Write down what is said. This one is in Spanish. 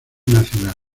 nacional